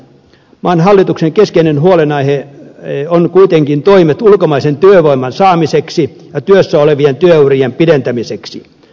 maan hallituksen keskeinen huolenaihe on kuitenkin toimet ulkomaisen työvoiman saamiseksi ja työssä olevien työurien pidentämiseksi